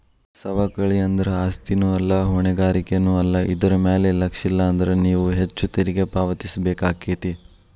ಸವಕಳಿ ಅಂದ್ರ ಆಸ್ತಿನೂ ಅಲ್ಲಾ ಹೊಣೆಗಾರಿಕೆನೂ ಅಲ್ಲಾ ಇದರ್ ಮ್ಯಾಲೆ ಲಕ್ಷಿಲ್ಲಾನ್ದ್ರ ನೇವು ಹೆಚ್ಚು ತೆರಿಗಿ ಪಾವತಿಸಬೇಕಾಕ್ಕೇತಿ